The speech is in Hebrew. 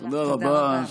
תודה רבה,